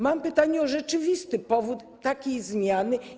Mam pytanie o rzeczywisty powód takiej zmiany.